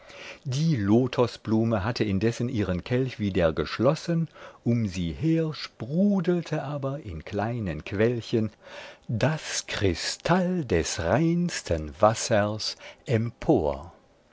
die lotosblume hatte indessen ihren kelch wieder geschlossen um sie her sprudelte aber in kleinen quellchen der kristall des reinsten wassers empor